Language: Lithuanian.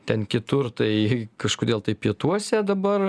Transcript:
ten kitur tai kažkodėl tai pietuose dabar